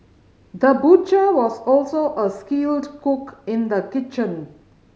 the butcher was also a skilled cook in the kitchen